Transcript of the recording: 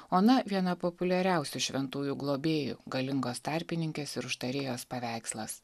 ona viena populiariausių šventųjų globėjų galingos tarpininkės ir užtarėjos paveikslas